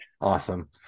Awesome